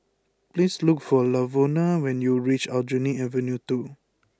please look for Lavona when you reach Aljunied Avenue two